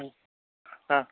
ಹ್ಞೂ ಹಾಂ